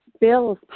bills